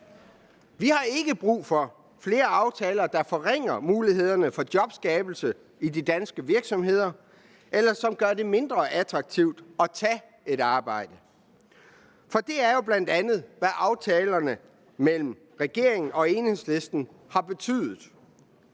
Vi har ikke brug for flere aftaler, der forringer mulighederne for jobskabelse i de danske virksomheder, eller som gør det mindre attraktivt at tage et arbejde. For det er jo bl.a., hvad aftalerne mellem regeringen og Enhedslisten har betydet: